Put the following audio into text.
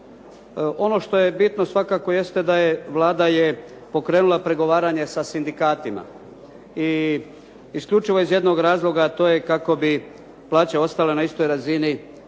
Ono što je bitno svakako jeste da je Vlada pokrenula pregovaranje sa sindikatima i isključivo iz jednog razloga, a to je kako bi plaće ostale na istoj razini